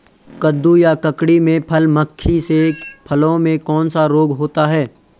कद्दू या ककड़ी में फल मक्खी से फलों में कौन सा रोग होता है?